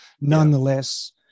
Nonetheless